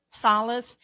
solace